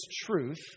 truth